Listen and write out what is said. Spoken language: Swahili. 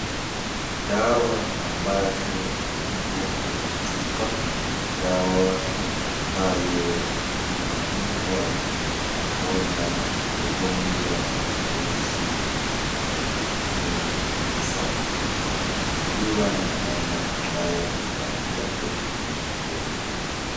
Dawa ambayo ipo kwenye chupa. Dawa ambayo imeandikwa ni ya kuponya ugonjwa wa virusi vya kumi na tisa. Imeshikiliwa na mama ambaye amevalia pete kwenye vidole vyake.